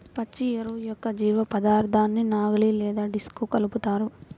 పచ్చి ఎరువు యొక్క జీవపదార్థాన్ని నాగలి లేదా డిస్క్తో కలుపుతారు